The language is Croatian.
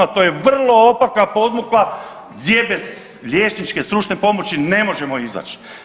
To je vrlo opaka i podmukla gdje bez liječničke stručne pomoći ne možemo izać.